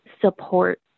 support